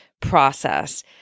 process